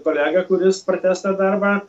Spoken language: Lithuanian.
kolega kuris pratęs darbą